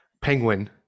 penguin